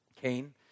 Cain